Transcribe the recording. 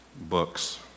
books